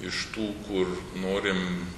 iš tų kur norim